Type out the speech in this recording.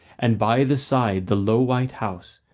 and by the side the low white house,